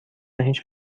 هیچ